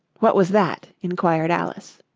what was that inquired alice.